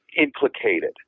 implicated